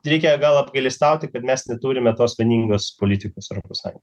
reikia gal apgailestauti kad mes neturime tos vieningos politikos tarpusavy